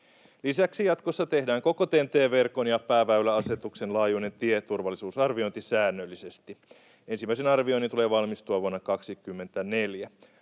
Lisäksi jatkossa tehdään koko TEN-T-verkon ja pääväyläasetuksen laajuinen tieturvallisuusarviointi säännöllisesti. Ensimmäisen arvioinnin tulee valmistua vuonna 24.